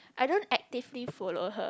I don't actively follow her